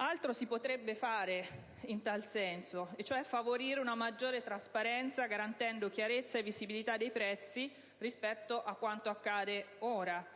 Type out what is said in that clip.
Altro si potrebbe fare in tal senso: favorire cioè una maggiore trasparenza, garantendo chiarezza e visibilità dei prezzi, rispetto a quanto accade ora.